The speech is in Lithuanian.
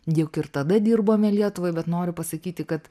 juk ir tada dirbome lietuvai bet noriu pasakyti kad